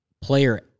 player